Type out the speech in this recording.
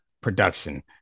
production